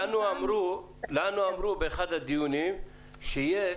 לנו אמרו באחד הדיונים שיס